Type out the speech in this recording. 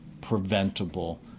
preventable